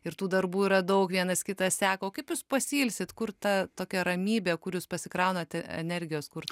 ir tų darbų yra daug vienas kitą seka o kaip jūs pasiilsit kur ta tokia ramybė kur jūs pasikraunat energijos kur